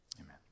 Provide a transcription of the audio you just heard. Amen